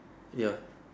ya